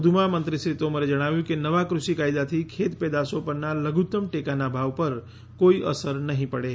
વધુમાં મંત્રી શ્રી તોમરે જણાવ્યું કે નવા કૃષિ કાયદાથી ખેતપેદાશો પરના લધુત્તમ ટેકાનાં ભાવ પર કોઈ અસર નહિં પડે